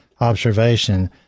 observation